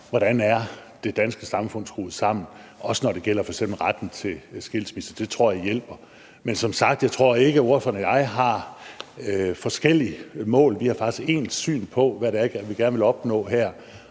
hvordan det danske samfund er skruet sammen – også når det f.eks. gælder retten til skilsmisse; det tror jeg hjælper. Men som sagt tror jeg ikke, at ordføreren og jeg har forskellige mål. Vi har faktisk ens syn på, hvad det er, vi gerne vil opnå her.